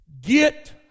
get